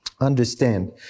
understand